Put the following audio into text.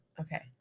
Okay